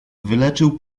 wyleczył